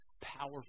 powerful